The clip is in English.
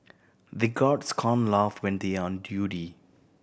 the guards can't laugh when they are on duty